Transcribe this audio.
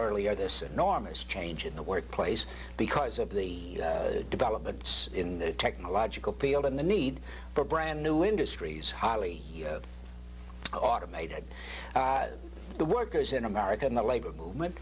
earlier this enormous change in the workplace because of the developments in the technological field and the need for brand new industries highly automated the workers in america and the labor movement